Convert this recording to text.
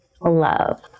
love